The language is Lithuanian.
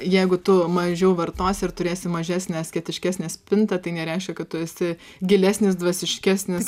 jeigu tu mažiau vartosi ir turėsi mažesnę asketiškesnę spintą tai nereiškia kad tu esi gilesnis dvasiškesnis